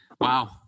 Wow